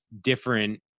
different